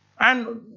and